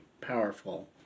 powerful